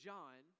John